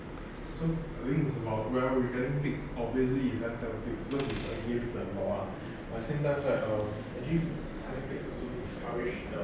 so I think it's about well regarding fits obviously you can sell fakes verse is against the law by symptoms like are actually selling fakes also discouraged the